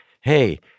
hey